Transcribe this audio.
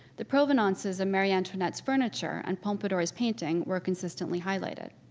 the provenances of marie antoinette's furniture and pompadour's painting were consistently highlighted.